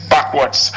backwards